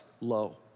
low